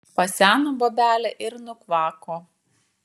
paseno bobelė ir nukvako